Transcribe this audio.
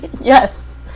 Yes